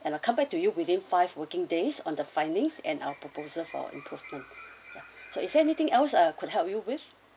and I'll come back to you within five working days on the findings and our proposal for improvement ya so is there anything else I could help you with